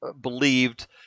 believed